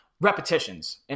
repetitions